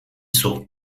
sault